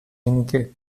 жінки